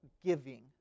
giving